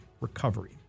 recovery